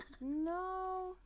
No